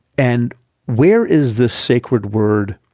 and where is this sacred word